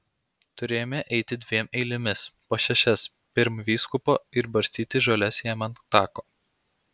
turėjome eiti dviem eilėmis po šešias pirm vyskupo ir barstyti žoles jam ant tako